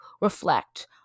reflect